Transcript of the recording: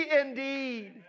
indeed